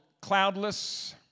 cloudless